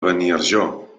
beniarjó